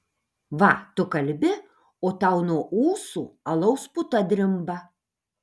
va tu kalbi o tau nuo ūsų alaus puta drimba